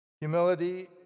Humility